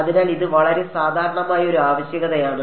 അതിനാൽ ഇത് വളരെ സാധാരണമായ ഒരു ആവശ്യകതയാണ്